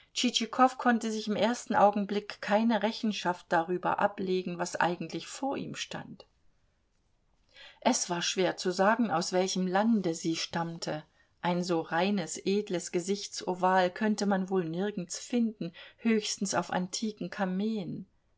konnte sich im ersten augenblick keine rechenschaft darüber ablegen was eigentlich vor ihm stand es war schwer zu sagen aus welchem lande sie stammte ein so reines edles gesichtsoval könnte man wohl nirgends finden höchstens auf antiken kameen